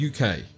UK